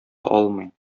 алмый